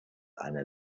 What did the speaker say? eine